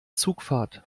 zugfahrt